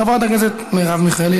חברת הכנסת מרב מיכאלי,